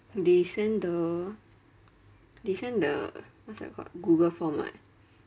they send the they send the what's that called the google form [what]